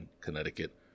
Connecticut